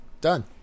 Done